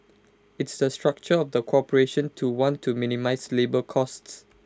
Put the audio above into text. it's the structure of the corporation to want to minimise labour costs